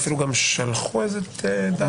אפילו גם שלחו איזה דף או משהו.